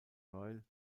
royal